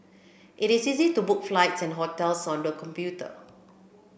it is easy to book flights and hotels on the computer